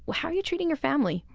how are you treating your family,